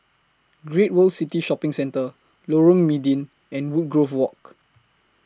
Great World City Shopping Centre Lorong Mydin and Woodgrove Walk